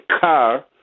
car